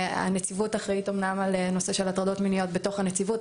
הנציבות אחראית אומנם על נושא של הטרדות מיניות בתוך הנציבות,